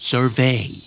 Survey